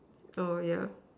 oh yeah